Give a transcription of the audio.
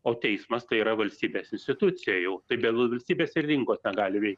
o teismas tai yra valstybės institucija jau tai be valstybės ir rinkos negali veik